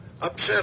upset